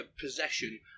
possession